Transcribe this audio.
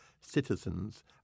citizens